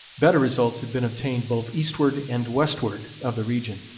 better results had been obtained both eastward and westward of the region.